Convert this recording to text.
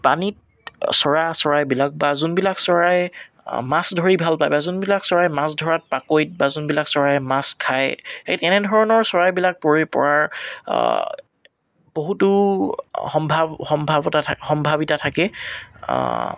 পানীত চৰা চৰাইবিলাক বা যোনবিলাক চৰাই মাছ ধৰি ভাল পায় বা যোনবিলাক চৰাই মাছ ধৰাত পাকৈত বা যোনবিলাক চৰায়ে মাছ খায় সেই তেনেধৰণৰ চৰাইবিলাক পৰি পৰাৰ বহুতো সম্ভা সম্ভাৱতা থাকে সম্ভাৱিতা থাকে